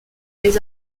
les